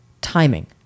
timing